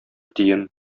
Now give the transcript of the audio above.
тиен